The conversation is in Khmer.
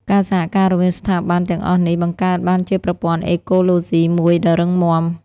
ការសហការរវាងស្ថាប័នទាំងអស់នេះបង្កើតបានជាប្រព័ន្ធអេកូឡូស៊ីមួយដ៏រឹងមាំ។